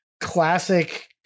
classic